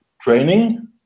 training